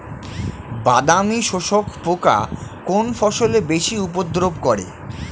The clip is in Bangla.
বাদামি শোষক পোকা কোন ফসলে বেশি উপদ্রব করে?